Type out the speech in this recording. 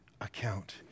account